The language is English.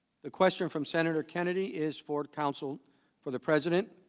the question from senator kennedy is for counsel for the president